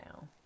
now